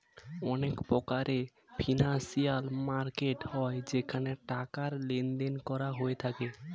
অনেক প্রকারের financial market হয় যেখানে টাকার লেনদেন করা হয়ে থাকে